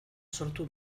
sortu